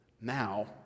now